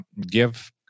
give